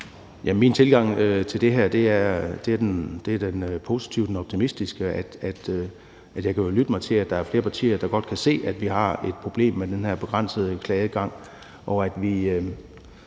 Min tilgang til det her er den positive og den optimistiske, altså at jeg jo kan lytte mig til, at der er flere partier, der godt kan se, at vi har et problem med den her begrænsede klageadgang,